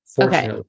okay